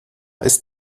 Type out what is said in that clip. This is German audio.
ist